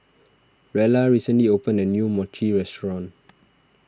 Rella recently opened a new Mochi restaurant